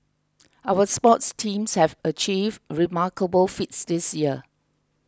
our sports teams have achieved remarkable feats this year